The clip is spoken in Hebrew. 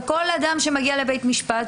וכל אדם שמגיע לבית משפט,